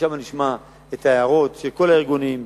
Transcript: שם נשמע את ההערות של כל הארגונים,